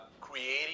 creating